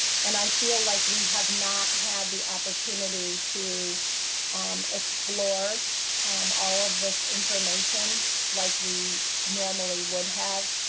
and i feel like we have not had the opportunity to um explore um all of this information like we normally would have,